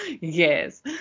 Yes